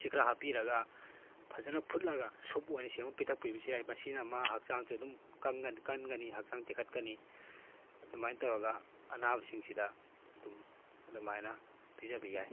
ꯁꯤ ꯍꯥꯞꯄꯤꯔꯒ ꯐꯖꯅ ꯐꯨꯠꯂꯒ ꯁꯨꯞ ꯑꯣꯏꯅ ꯁꯦꯝꯃ ꯄꯤꯊꯛꯄꯤꯕꯁꯨ ꯌꯥꯏ ꯃꯁꯤꯅ ꯃꯥ ꯍꯛꯆꯥꯡꯁꯨ ꯑꯗꯨꯝ ꯀꯟꯒꯅꯤ ꯍꯛꯆꯥꯡ ꯇꯦꯛꯈꯠꯀꯅꯤ ꯑꯗꯨꯃꯥꯏꯅ ꯇꯧꯔꯒ ꯑꯅꯥꯕꯁꯤꯡꯁꯤꯗ ꯑꯗꯨꯝ ꯑꯗꯨꯃꯥꯏꯅ ꯄꯤꯖꯕꯤꯕ ꯌꯥꯏ